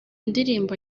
ndirimbo